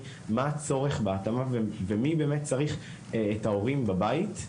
מה הצורך בהתאמה ומי צריך את ההורים בבית.